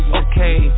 okay